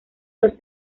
dos